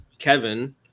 Kevin